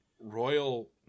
royal